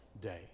day